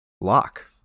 lock